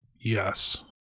Yes